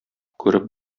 күреп